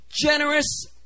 generous